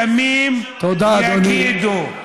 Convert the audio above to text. ימים יגידו.